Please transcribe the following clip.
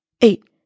eight